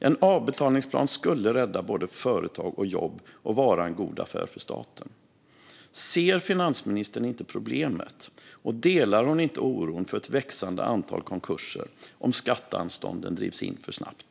En avbetalningsplan skulle rädda både företag och jobb och vara en god affär för staten. Ser finansministern inte problemet? Delar hon inte oron för ett växande antal konkurser om skatteanstånden drivs in för snabbt?